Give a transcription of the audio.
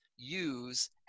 use